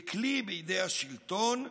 לכלי בידי השלטון,